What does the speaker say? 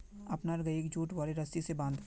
अपनार गइक जुट वाले रस्सी स बांध